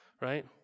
right